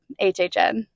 HHN